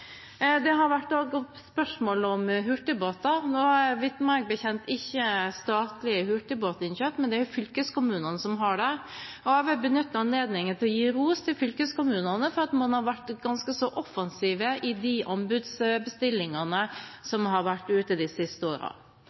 Det har også vært spørsmål om hurtigbåter. Meg bekjent har det ikke vært statlige hurtigbåtinnkjøp, det er fylkeskommunene som har disse. Jeg vil benytte anledningen til å gi ros til fylkeskommunene for at man har vært ganske så offensive i anbudsbestillingene de